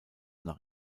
nach